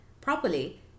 properly